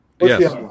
Yes